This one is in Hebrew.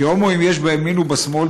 כי הומואים יש בימין ובשמאל,